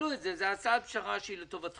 קבלו את זה, זו הצעת פשרה שהיא לטובתכם.